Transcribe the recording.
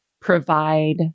provide